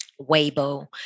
Weibo